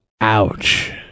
Ouch